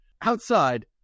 Outside